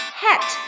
hat